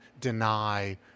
deny